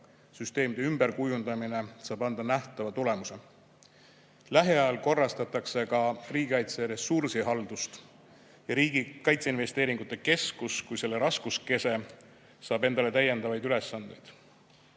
süsteemide ümberkujundamine saab anda nähtava tulemuse. Lähiajal korrastatakse ka riigikaitse ressursihaldust ja Riigi Kaitseinvesteeringute Keskus kui selle raskuskese saab endale täiendavaid